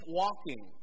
walking